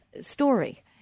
story